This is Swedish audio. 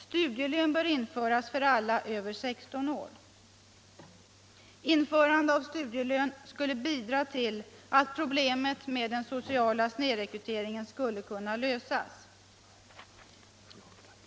Studielön bör införas för alla studerande över 16 år. Införande av studielön skulle bidra till att problemet med den sociala snedrekryteringen skulle kunna lösas.